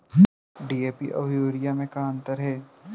DAP अऊ urea म का अंतर हे?